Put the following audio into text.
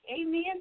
amen